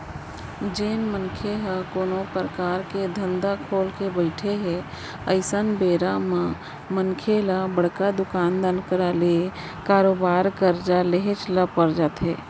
जेन मनसे ह कोनो परकार के धंधा खोलके बइठे हे अइसन बेरा म मनसे ल बड़का दुकानदार करा ले बरोबर करजा लेहेच ल पर जाथे